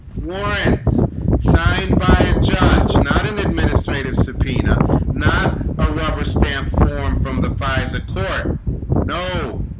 warrants signed by a judge not an administrative subpoena not a rubber stamp for from the fisa court no